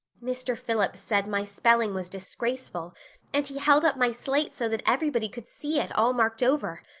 mr. phillips said my spelling was disgraceful and he held up my slate so that everybody could see it, all marked over.